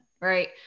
right